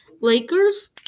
lakers